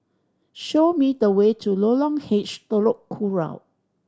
show me the way to Lorong H Telok Kurau